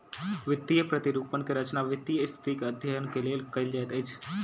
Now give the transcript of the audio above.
वित्तीय प्रतिरूपण के रचना वित्तीय स्थिति के अध्ययन के लेल कयल जाइत अछि